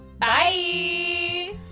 bye